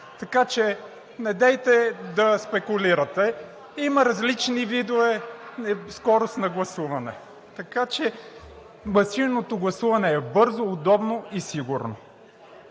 Така че недейте да спекулирате. Има различни видове скорост на гласуване. Машинното гласуване е бързо, удобно и сигурно.